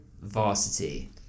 varsity